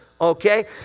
okay